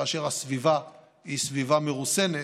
כאשר הסביבה היא סביבה מרוסנת,